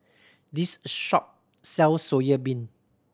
this shop sell soya bean